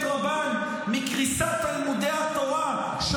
רבן מקריסת תלמודי התורה בבני ברק,